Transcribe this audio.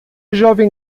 jovem